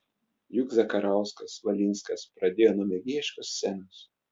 juk zakarauskas valinskas pradėjo nuo mėgėjiškos scenos